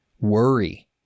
worry